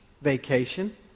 vacation